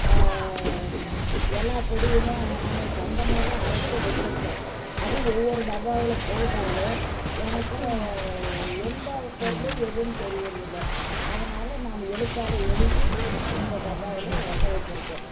எல்லா பொடியும் நான் சொந்தமாகவே அரைத்து வெச்சுருக்கேன் அதியும் ஒவ்வொரு டப்பாவில் போட்டாலும் எனக்கும் எந்த பொருள் எதுன்னு தெரியுறதுல்ல அதனால் நான் எழுத்தால் எழுதி அந்த டப்பாவில் ஒட்ட வச்சுருக்கேன்